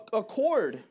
accord